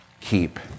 keep